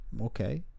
Okay